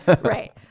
Right